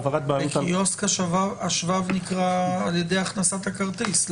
העברת בעלות --- בקיוסק השבב נקרא על ידי הכנסת הכרטיס,